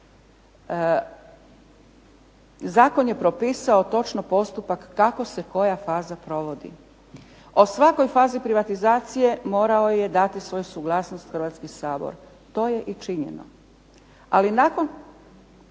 Zakon je propisao točno postupak kako se koja faza provodi. O svakoj fazi privatizacije morao je svoju suglasnost dati Hrvatski sabor. To je i činjeno. Ali nakon